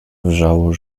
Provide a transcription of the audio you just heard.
wrzało